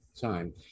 time